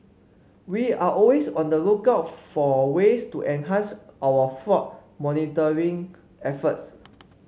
we are always on the lookout for ways to enhance our flood monitoring efforts